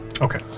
Okay